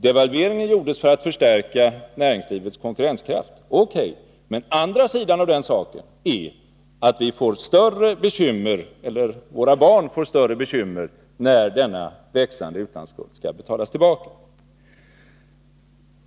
Devalveringen gjordes för att förstärka näringslivets konkurrenskraft — det är riktigt. Men andra sidan av den saken är att vi — eller våra barn — får större bekymmer när denna förstorade utlandsskuld skall betalas tillbaka.